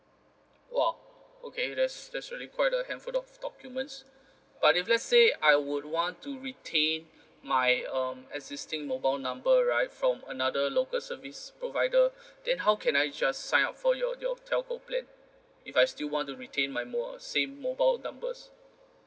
!wah! okay that's that's really quite a handful of documents but if let's say I would want to retain my um existing mobile number right from another local service provider then how can I just sign up for your your telco plan if I still want to retain my mo~ same mobile numbers